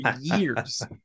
years